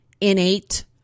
innate